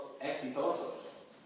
exitosos